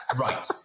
Right